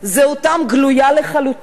זהותן גלויה לחלוטין,